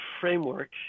framework